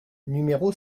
numéro